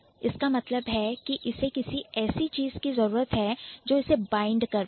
इसका मतलब है कि इसे किसी ऐसी चीज की जरूरत है जो इसे bind बाइंड कर पाए